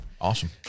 awesome